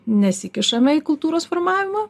nesikišame į kultūros formavimą